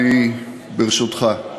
ברשותך.